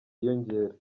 yiyongera